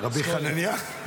שכויח.